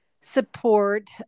support